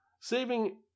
Saving